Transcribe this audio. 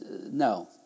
no